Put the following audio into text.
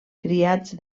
criats